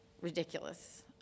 ridiculous